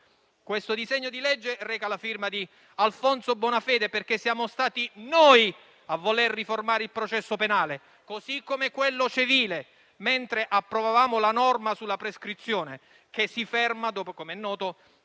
Questo disegno di legge reca la firma di Alfonso Bonafede perché siamo stati noi a voler riformare il processo penale, così come quello civile, mentre approvavamo la norma sulla prescrizione, che si ferma - come noto